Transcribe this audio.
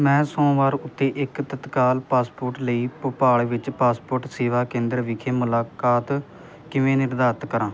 ਮੈਂ ਸੋਮਵਾਰ ਉੱਤੇ ਇੱਕ ਤਤਕਾਲ ਪਾਸਪੋਰਟ ਲਈ ਭੋਪਾਲ ਵਿੱਚ ਪਾਸਪੋਰਟ ਸੇਵਾ ਕੇਂਦਰ ਵਿਖੇ ਮੁਲਾਕਾਤ ਕਿਵੇਂ ਨਿਰਧਾਰਤ ਕਰਾਂ